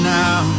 now